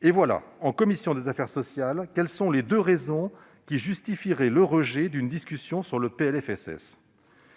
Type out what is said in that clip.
telles sont, en commission des affaires sociales, les deux raisons qui justifieraient le rejet d'une discussion sur le PLFSS.